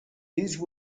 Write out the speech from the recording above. these